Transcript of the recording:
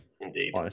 Indeed